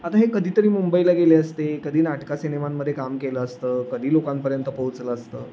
आता हे कधीतरी मुंबईला गेले असते कधी नाटका सिनेमांमध्ये काम केलं असतं कधी लोकांपर्यंत पोचलं असतं